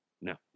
no